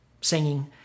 singing